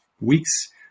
weeks